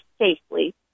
safely